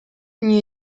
new